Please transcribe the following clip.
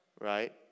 Right